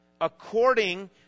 According